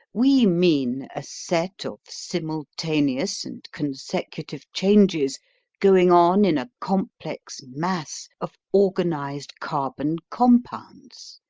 we mean a set of simultaneous and consecutive changes going on in a complex mass of organised carbon compounds.